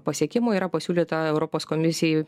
pasiekimo yra pasiūlyta europos komisijai